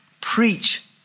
Preach